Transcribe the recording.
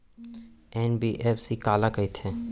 NBFC काला कहिथे?